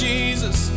Jesus